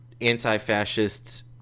anti-fascists